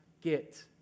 get